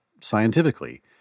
scientifically